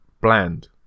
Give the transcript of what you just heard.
bland